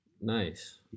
Nice